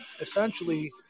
essentially